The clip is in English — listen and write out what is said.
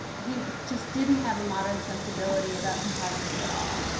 he just didn't have a modern sensibility about photography at all,